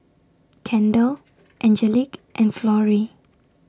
Kendell Angelique and Florie